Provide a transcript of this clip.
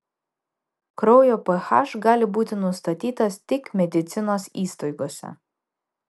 kraujo ph gali būti nustatytas tik medicinos įstaigose